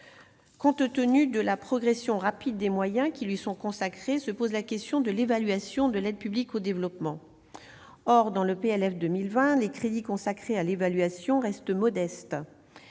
Compte tenu de la progression rapide des moyens qui lui sont consacrés, se pose la question de l'évaluation de l'aide publique au développement. Or, dans le projet de loi de finances pour 2020, les crédits dédiés à l'évaluation restent modestes,